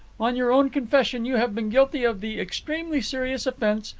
on your own confession you have been guilty of the extremely serious offence,